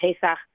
Pesach